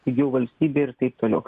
pigiau valstybei ir taip toliau